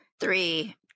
three